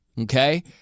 Okay